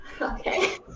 Okay